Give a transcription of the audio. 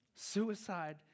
Suicide